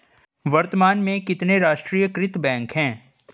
वर्तमान में कितने राष्ट्रीयकृत बैंक है?